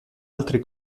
altri